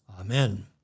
Amen